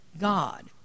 God